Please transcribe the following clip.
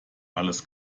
alles